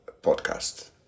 podcast